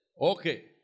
Okay